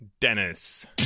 Dennis